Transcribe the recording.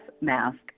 mask